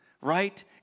right